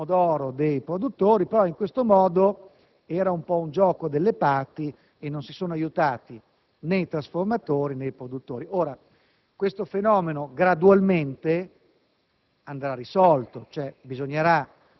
che questa industria non avrebbe utilizzato il pomodoro dei produttori. In questo modo, però, c'è stato un gioco delle parti, non si sono aiutati, né i trasformatori, né i produttori. Tale fenomeno gradualmente